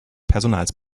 personals